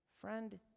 friend